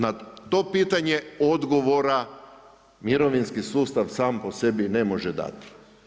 Na to pitanje odgovora mirovinski sustav sam po sebi ne može dati.